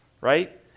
right